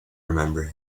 remember